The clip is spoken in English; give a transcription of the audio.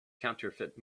counterfeit